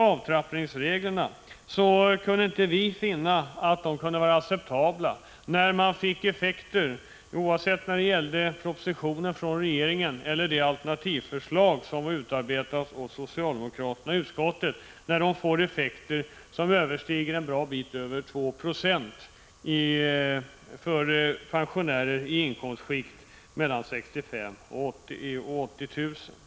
Avtrappningsreglerna kunde vi inte finna acceptabla, varken enligt propositionen från regeringen eller enligt det alternativförslag som utarbe tats av socialdemokraterna i utskottet. De får effekter som en bra bit Prot. 1985/86:158 överstiger 2 20 för pensionärer i inkomstskikt mellan 65 000 och 80 000 kr.